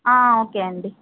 okay అండి